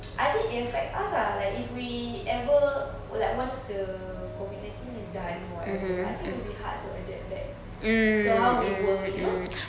I think it affects us ah like if we ever like once the COVID nineteen is done or whatever I think it will be hard to adapt back to how we were you know